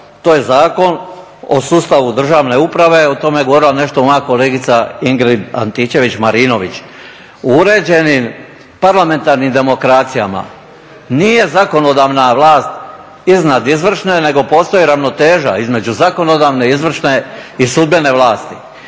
To je Zakon o sustavu državne uprave, o tome je govorila nešto moja kolegica Ingrid Antičević-Marinović. U uređenim parlamentarnim demokracijama nije zakonodavna vlast iznad izvršne nego postoji ravnoteža između zakonodavne, izvršne i sudbene vlasti.